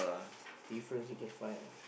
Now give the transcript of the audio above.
difference we can find